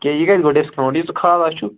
کیٚنٛہہ یہِ گژھِوا ڈِسکاوُنٛٹ یہِ کھالا چھُ